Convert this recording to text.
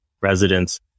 residents